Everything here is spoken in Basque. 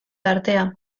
artea